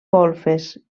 golfes